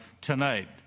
tonight